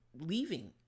leaving